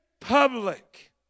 public